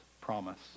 promise